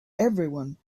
everyone